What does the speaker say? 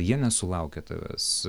jie nesulaukia tavęs